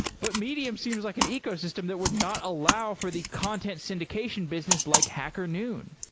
but medium seems like an ecosystem that would not allow for the content syndication business like hacker noon